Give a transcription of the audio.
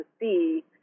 see